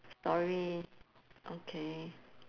story okay